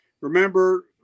Remember